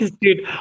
dude